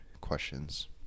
questions